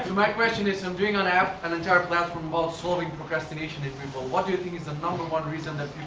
my question is, i'm doing an app, an entire platform about solving procrastination in what do you think is the number one reason that